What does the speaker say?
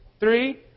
Three